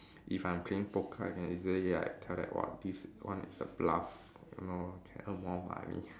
if I'm playing poker I can easily like tell what this what is the bluff you know can earn more money